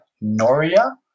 Noria